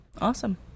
Awesome